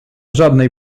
żadnej